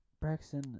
Braxton